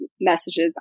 messages